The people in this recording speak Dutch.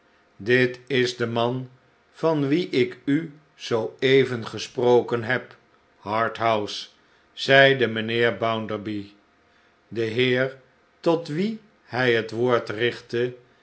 dit is de man van wien ik u zoo even gesproken heb harthouse zeide mijnheer bounderby de heer tot wien hij het woord richtte